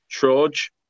Troj